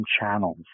channels